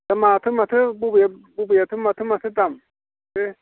दा माथो माथो बबे बबे माथो माथो दाम बे